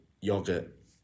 yogurt